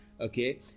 okay